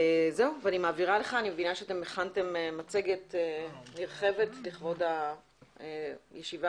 אני מבינה שהכנתם מצגת נרחבת לכבוד הישיבה